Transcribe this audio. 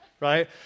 right